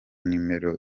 nimero